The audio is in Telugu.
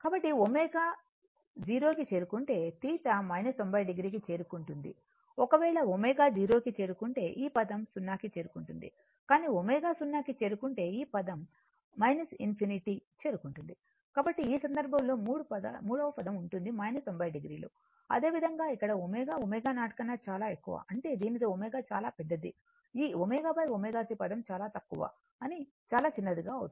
కాబట్టి ω → 0 కి చేరుకుంటేθ → 90o చేరుకుంటుంది ఒకవేళ ω → 0 కి చేరుకుంటే ఈ పదం 0 కి చేరుకుంటుంది కానీ ω → 0 కి చేరుకుంటేఈ పదం ఇన్ ఫీనిటీ ∞ చేరుకుంటుంది కాబట్టి ఈ సందర్భంలో 3 పదం ఉంటుంది 90o అదేవిధంగా ఇక్కడ ω ω0 కన్నా చాలా ఎక్కువ అంటే దీనితో ω చాలా పెద్దది ఈ ωωC పదం చాలా తక్కువ అది చాలా చిన్నది అవుతుంది